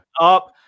up